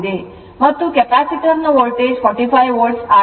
ಮತ್ತು ಕೆಪಾಸಿಟರ್ ನ voltage 45 volt ಆಗಿದೆ